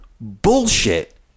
bullshit